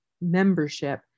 membership